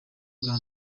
bwa